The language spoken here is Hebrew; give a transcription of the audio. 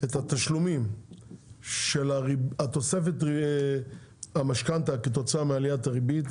את התשלומים של התוספת המשכנתה כתוצאה מעליית הריבית והאינפלציה,